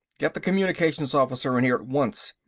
get the communications officer in here at once,